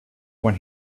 when